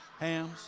hams